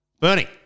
Bernie